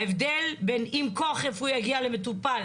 ההבדל בין אם כוח רפואי יגיע למטופל,